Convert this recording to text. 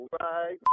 right